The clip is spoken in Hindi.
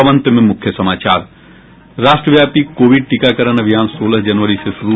और अब अंत में मुख्य समाचार राष्ट्रव्यापी कोविड टीकाकरण अभियान सोलह जनवरी से होगा शुरू